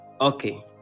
Okay